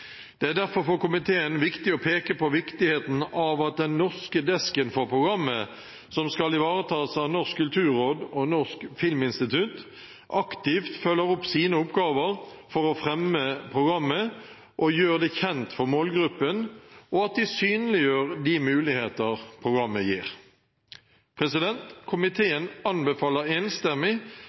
Det er derfor viktig for komiteen å peke på viktigheten av at den norske desken for programmet, som skal ivaretas av Norsk kulturråd og Norsk filminstitutt, aktivt følger opp sine oppgaver for å fremme programmet og gjøre det kjent for målgruppen, og at de synliggjør de muligheter programmet gir. Komiteen anbefaler enstemmig